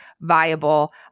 viable